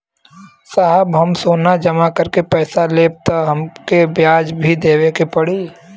साहब हम सोना जमा करके पैसा लेब त हमके ब्याज भी देवे के पड़ी?